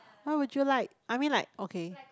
how would you like I mean like okay